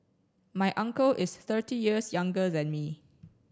my uncle is thirty years younger than me